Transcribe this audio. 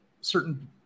certain